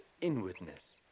inwardness